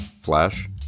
Flash